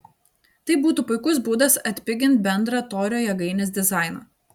tai būtų puikus būdas atpigint bendrą torio jėgainės dizainą